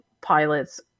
pilots